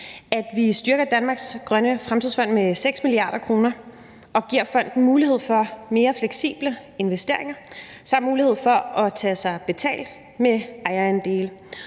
at vi styrker Danmarks Grønne Fremtidsfond med 6 mia. kr. og giver fonden mulighed for mere fleksible investeringer, samt mulighed for at tage sig betalt med ejerandele.